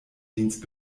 dienst